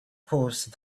caused